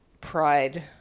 Pride